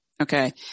Okay